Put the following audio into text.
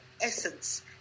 essence